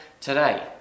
today